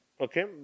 okay